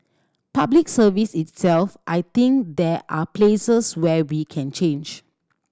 Public Service itself I think there are places where we can change